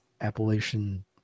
Appalachian